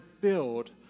build